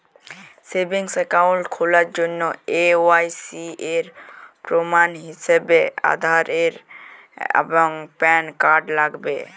savings account খোলার জন্য KYC এর প্রমাণ হিসেবে আধার এবং প্যান কার্ড লাগবে